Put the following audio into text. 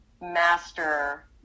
master